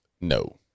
No